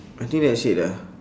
I think that's it ah